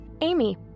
Amy